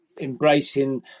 embracing